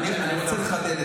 אני רוצה לחדד,